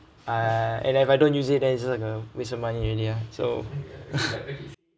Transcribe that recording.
uh and if I don't use it then it's like a waste with money already ah so